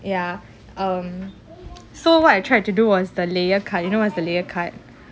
ya um so what I tried to do was the layer cut you know what's the layer cut